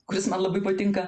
kuris man labai patinka